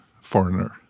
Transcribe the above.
foreigner